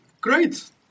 Great